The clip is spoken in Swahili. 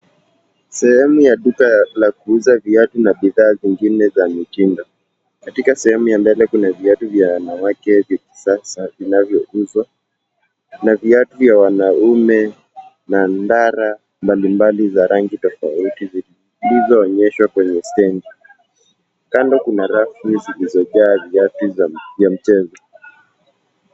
Sehemu ya duka la kuuza viatu na bidhaa zingine za mitindo. Katika sehemu ya mbele kuna viatu vya wanawake visaksak vinavyouza na viatu ya wanaume na ndara mbalimbali za rangi tofauti zilizoonyeshwa kwenye stendi. Kando kuna rafu zilizojaa viatu ya mchezo.